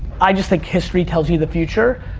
i just think history tells you the future,